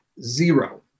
Zero